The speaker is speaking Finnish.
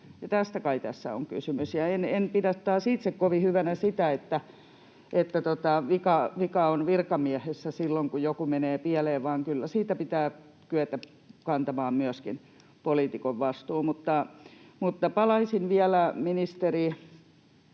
tästä kai tässä on kysymys. En pidä taas itse kovin hyvänä sitä, että vika on virkamiehessä silloin, kun joku menee pieleen, vaan kyllä siitä pitää myös poliitikon kyetä kantamaan vastuu.